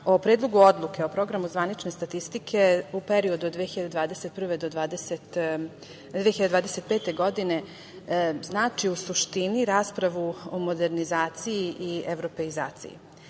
o Predlogu odluke o Programu zvanične statistike u periodu od 2021. do 2025. godine, znači u suštini raspravu o modernizaciji i evropeizaciji,